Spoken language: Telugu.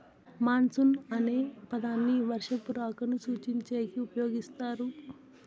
మాన్సూన్ అనే పదాన్ని వర్షపు రాకను సూచించేకి ఉపయోగిస్తారు